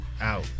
Out